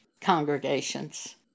congregations